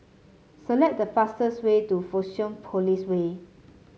select the fastest way to Fusionopolis Way